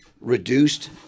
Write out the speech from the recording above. reduced